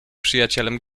przyjacielem